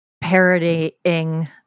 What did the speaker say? parodying